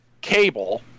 cable